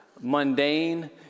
mundane